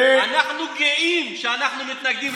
זה, אנחנו גאים שאנחנו מתנגדים לכיבוש.